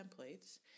templates